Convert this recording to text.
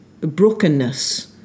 brokenness